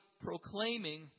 proclaiming